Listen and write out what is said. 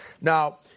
Now